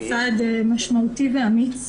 זה צעד משמעותי ואמיץ,